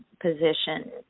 position